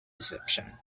reception